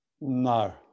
No